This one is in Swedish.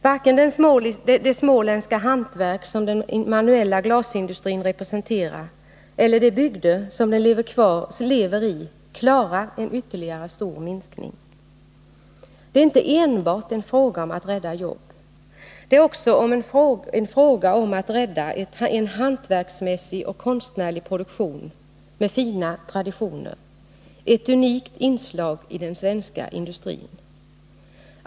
Varken det småländska hantverk som den manuella glasindustrin representerar eller de bygder som det lever i klarar en ytterligare stor minskning. Det är inte enbart en fråga om att rädda jobb. Det är också en fråga om att rädda en hantverksmässig och konstnärlig produktion med fina traditioner — ett unikt inslag i den svenska industrin.